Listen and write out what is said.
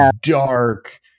dark